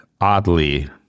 oddly